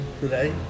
today